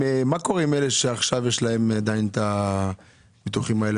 מה קורה עם אלה שעכשיו יש להם עדיין את הביטוחים האלה?